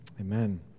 amen